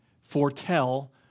foretell